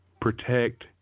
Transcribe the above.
Protect